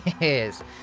Yes